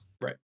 Right